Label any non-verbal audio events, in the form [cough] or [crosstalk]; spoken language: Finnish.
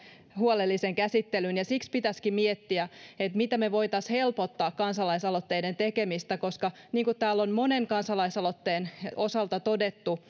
huolellisen käsittelyn siksi pitäisikin miettiä miten me voisimme helpottaa kansalaisaloitteiden tekemistä koska niin kuin täällä on monen kansalaisaloitteen osalta todettu [unintelligible]